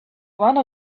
one